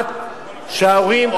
עד שההורים,